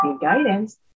guidance